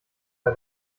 bei